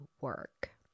work